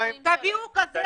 בואו נמשיך לעוד